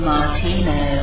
Martino